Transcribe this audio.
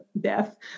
death